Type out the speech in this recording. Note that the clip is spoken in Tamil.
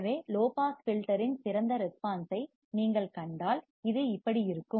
எனவே லோ பாஸ் வடிப்பானின் ஃபில்டர் இன் சிறந்த ரெஸ்பான்ஸ் ஐ நீங்கள் கண்டால் இது இப்படி இருக்கும்